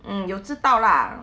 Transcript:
mm 有知道 lah